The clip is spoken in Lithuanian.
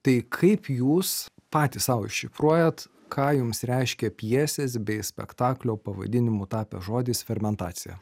tai kaip jūs patys sau iššifruojat ką jums reiškia pjesės bei spektaklio pavadinimu tapęs žodis fermentacija